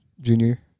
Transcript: junior